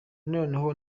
noneho